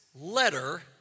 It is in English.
letter